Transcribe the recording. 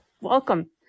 welcome